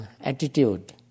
attitude